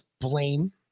blame